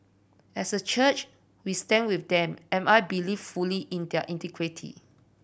as a church we stand with them am I believe fully in their integrity